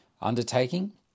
undertaking